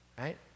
Right